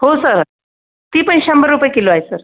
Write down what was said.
हो सर ती पण शंभर रुपये किलो आहे सर